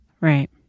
Right